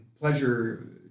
Pleasure